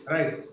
Right